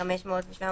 שתבדקו את זה.